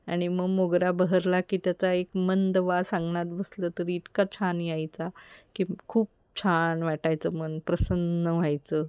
आणि मग मोगरा बहरला की त्याचा एक मंद वास अंगणात बसलं तरी इतका छान यायचा की खूप छान वाटायचं मन प्रसन्न व्हायचं